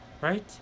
right